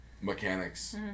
mechanics